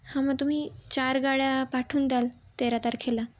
हां मग तुम्ही चार गाड्या पाठवून द्याल तेरा तारखेला